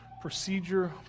procedure